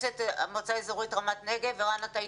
החינוך, סמנכ"ל בכיר ומנהל מנהל, כלכלה